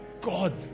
God